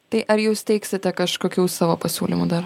tai ar jūs teiksite kažkokių savo pasiūlymų dar